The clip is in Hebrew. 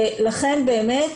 ולכן באמת,